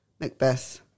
Macbeth